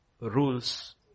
rules